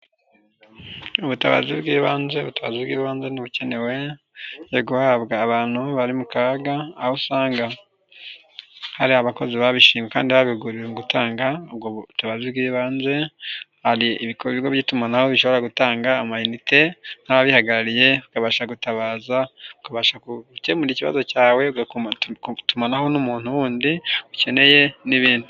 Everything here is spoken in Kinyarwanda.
Ubutabazi bw'ibanze. Ubutabazi bw'ibanze ni ubukenewe guhabwa abantu bari mu kaga, aho usanga hari abakozi babishinzwe kandi babihuguriwe gutanga ubutabazi bw'ibanze, hari ibikorwa by'itumanaho bishobora gutanga amanite n'ababihagarariye ukabasha gutabaza gukemura ikibazo cyawe, ugatumanaho n'umuntu wundi ukeneye n'ibindi.